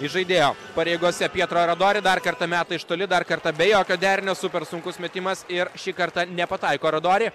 į žaidėjo pareigose pietro aradori dar kartą meta iš toli dar kartą be jokio derinio super sunkus metimas ir šį kartą nepataiko aradori